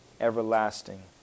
everlasting